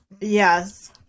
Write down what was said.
yes